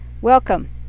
welcome